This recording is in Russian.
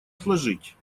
отложить